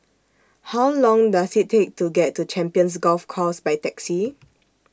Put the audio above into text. How Long Does IT Take to get to Champions Golf Course By Taxi